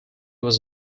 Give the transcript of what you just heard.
was